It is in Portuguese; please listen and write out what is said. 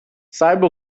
saiba